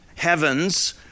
heavens